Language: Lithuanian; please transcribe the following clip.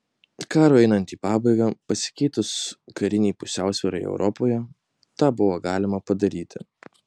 karui einant į pabaigą pasikeitus karinei pusiausvyrai europoje tą buvo galima padaryti